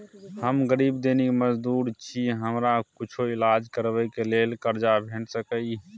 हम गरीब दैनिक मजदूर छी, हमरा कुछो ईलाज करबै के लेल कर्जा भेट सकै इ?